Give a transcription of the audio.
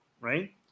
Right